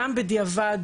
גם בדיעבד,